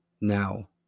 Now